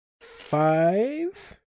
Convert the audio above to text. five